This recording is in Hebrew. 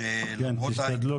כן, תשתדלו